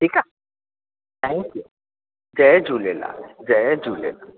ठीकु आहे thank you जय झूलेलाल जय झूलेलाल